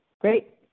great